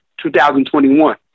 2021